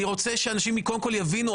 אני רוצה שאנשים קודם כול יבינו.